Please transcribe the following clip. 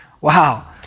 Wow